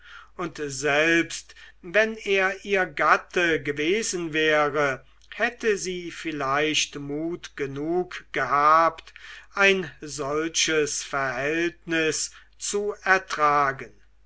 und selbst wenn er ihr gatte gewesen wäre hätte sie vielleicht mut genug gehabt ein solches verhältnis zu ertragen